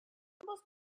ambos